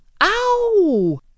Ow